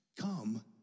come